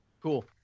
cool